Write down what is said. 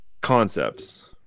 concepts